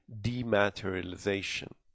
dematerialization